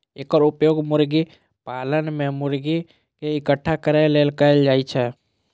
एकर उपयोग मुर्गी पालन मे मुर्गी कें इकट्ठा करै लेल कैल जाइ छै